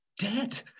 dead